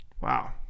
Wow